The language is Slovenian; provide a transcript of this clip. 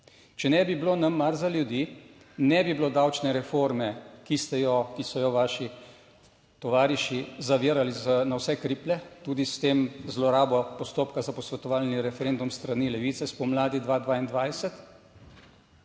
Če ne bi bilo nam mar za ljudi, ne bi bilo davčne reforme, ki ste jo, ki so jo vaši tovariši zavirali na vse kriplje, tudi s tem zlorabo postopka za posvetovalni referendum s strani Levice, spomladi 2022,